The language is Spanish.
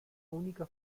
única